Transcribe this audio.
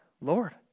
Lord